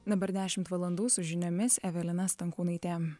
dabar dešimt valandų su žiniomis evelina stankūnaitė